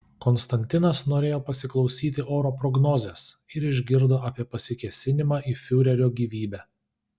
konstantinas norėjo pasiklausyti oro prognozės ir išgirdo apie pasikėsinimą į fiurerio gyvybę